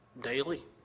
daily